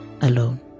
alone